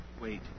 Wait